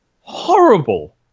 horrible